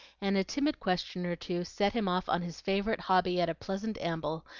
and a timid question or two set him off on his favorite hobby at a pleasant amble,